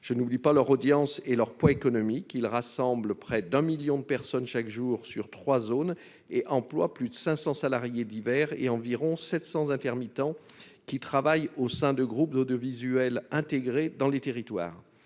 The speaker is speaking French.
je n'oublie pas leur audience et leur poids économique, il rassemble près d'un 1000000 de personnes chaque jour sur 3 zones et emploie plus de 500 salariés d'hiver et et environ 700 intermittents qui travaillent au sein de groupes audiovisuels intégré dans les territoires,